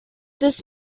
this